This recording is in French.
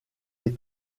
les